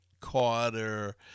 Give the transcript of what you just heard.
Carter